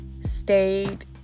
stayed